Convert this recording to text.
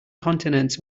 continents